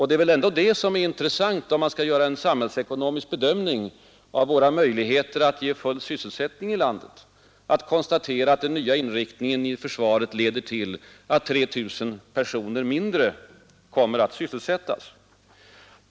Det intressanta är väl ändå, om man skall göra en samhällsekonomisk bedömning av våra möjligheter att ge full sysselsättning i landet, att konstatera att den nya inriktningen i försvaret leder till att 3 000 personer mindre kommer att sysselsättas.